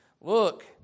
look